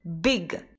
Big